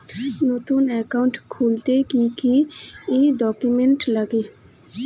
নতুন একাউন্ট খুলতে কি কি ডকুমেন্ট লাগে?